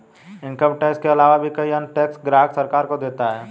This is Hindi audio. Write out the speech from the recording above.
इनकम टैक्स के आलावा भी कई अन्य टैक्स ग्राहक सरकार को देता है